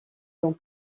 dans